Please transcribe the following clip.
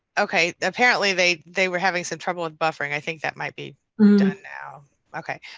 okay, apparently they they were having some trouble with buffering. i think that might be don now. okay.